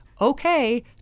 okay